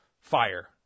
Fire